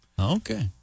Okay